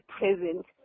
present